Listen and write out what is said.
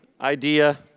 idea